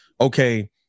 okay